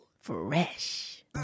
Fresh